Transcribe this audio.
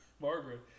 Margaret